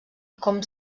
com